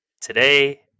today